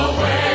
Away